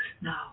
now